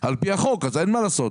אז אין מה לעשות,